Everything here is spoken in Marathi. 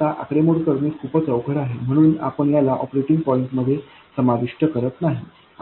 तर आता आकडेमोड करणे खूपच अवघड आहे म्हणून आपण याला ऑपरेटिंग पॉईंटमध्ये समाविष्ट करत नाही